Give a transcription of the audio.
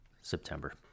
September